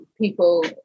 people